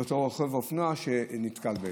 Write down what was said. לאותו רוכב אופנוע שנתקל בהם.